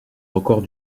record